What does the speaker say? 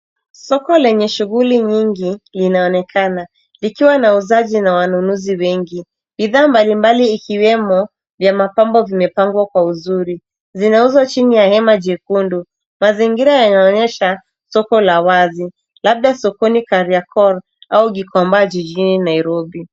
Soko lenye shughuli nyingi linaonekana likiwa na wauzaji na wanunuzi wengi. Bidhaa mbalimbali ikiwemo vya mapambo vimepangwa kwa uzuri, zinauzwa chini ya hema jekundu. Mazingira yanaonyesha soko la wazi labda sokoni Kariakor au Gikomba jijini Nairobi.